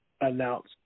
announce